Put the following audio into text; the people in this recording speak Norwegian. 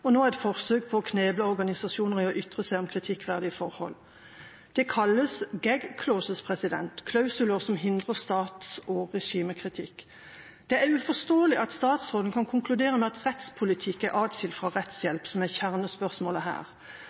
og nå et forsøk på å kneble organisasjoner som ytrer seg om kritikkverdige forhold. Det kalles «gag clauses», klausuler som hindrer stats- og regimekritikk. Det er uforståelig at statsråden kan konkludere med at rettspolitikk er atskilt fra rettshjelp, som er kjernespørsmålet her.